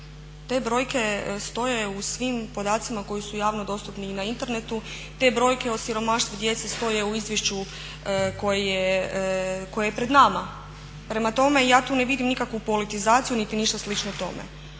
Te brojke stoje u svim podacima koji su javno dostupni i na internetu, te brojke o siromaštvu djece stoje u izvješću koje je pred nama. Prema tome ja tu ne vidim nikakvu politizaciju niti ništa slično tome.